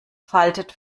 faltet